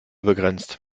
begrenzt